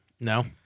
No